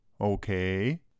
Okay